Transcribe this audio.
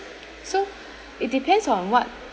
so it depends on what